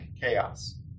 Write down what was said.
chaos